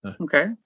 Okay